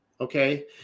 Okay